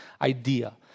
idea